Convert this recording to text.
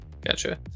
gotcha